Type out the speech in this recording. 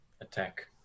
attack